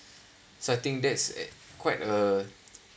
so I think that's quite a